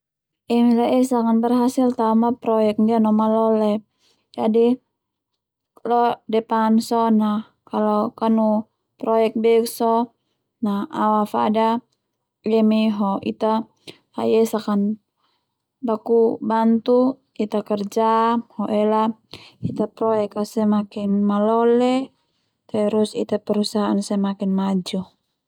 Emi laiesak berhasil tao ma proyek ndia no malole jadi lo depan sone kalo kanu proyek beuk so na au afadan emi ho Ita laiesak an bakubantu ita kerja ho ela ita proyek a semakin malole terus Ita perusahaan semakin maju.